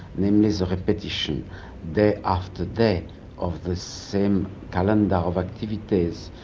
there is a repetition day after day of this same calendar of activities,